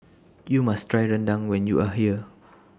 YOU must Try Rendang when YOU Are here